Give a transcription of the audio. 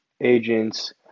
agents